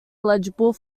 eligible